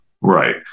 Right